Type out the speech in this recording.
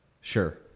sure